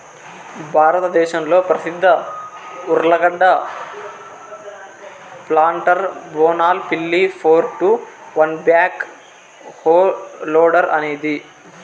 భారతదేశంలో ప్రసిద్ధ ఉర్లగడ్డ ప్లాంటర్ బోనాల్ పిల్లి four two one backhoe loader అనేది